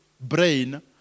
brain